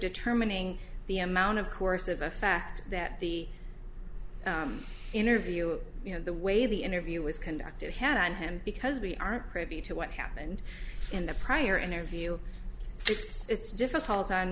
determining the amount of course of a fact that the interview the way the interview was conducted had on him because we are privy to what happened in the prior interview it's difficult on